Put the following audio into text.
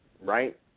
Right